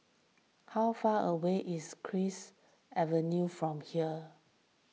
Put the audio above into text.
how far away is Cypress Avenue from here